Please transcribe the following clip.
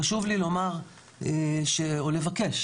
חשוב לי לומר או לבקש